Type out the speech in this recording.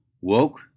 woke